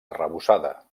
arrebossada